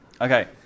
Okay